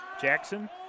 Jackson